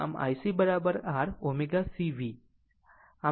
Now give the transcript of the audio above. આમ તે જ રીતે જાણો V ω